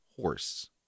horse